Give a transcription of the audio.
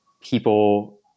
people